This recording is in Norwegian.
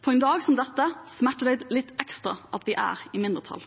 På en dag som dette smerter det litt ekstra at vi er i mindretall.